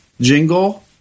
jingle